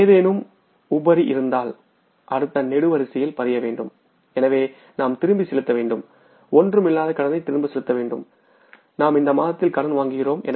ஏதேனும் உபரி இருந்தால் அடுத்த நெடுவரிசையில் பதியவேண்டும் எனவே நாம் திருப்பிச் செலுத்த வேண்டும் ஒன்றும் இல்லாத கடனை திருப்பிச் செலுத்த வேண்டும் நாம் இந்த மாதத்தில் கடன் வாங்குகிறோம